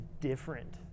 different